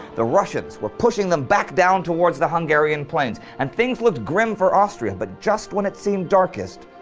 the russians were pushing them back down toward the hungarian plains, and things looked grim for austria, but just when it seemed darkest,